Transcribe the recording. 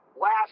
last